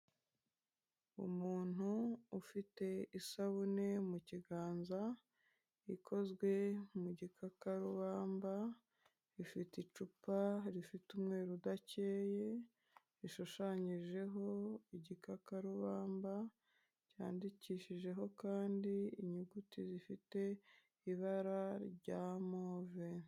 Umuntu ufite isabune mu kiganza ikozwe mu gikakarubamba ifite icupa rifite umweru udakeye rishushanyijeho igikakarubamba cyandikishijeho kandi inyuguti zifite ibara rya move.